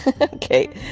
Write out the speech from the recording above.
Okay